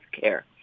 care